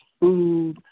food